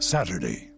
Saturday